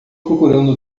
procurando